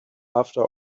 after